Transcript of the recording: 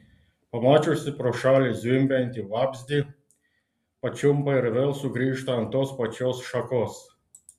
pamačiusi pro šalį zvimbiantį vabzdį pačiumpa ir vėl sugrįžta ant tos pačios šakos